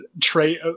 trait